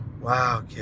wow